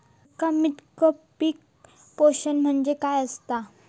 एकात्मिक पीक पोषण म्हणजे काय असतां?